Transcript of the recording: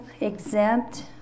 exempt